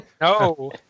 No